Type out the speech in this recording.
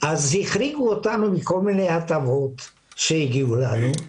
החריגו אותנו מכל מיני הטבות שהגיעו לנו,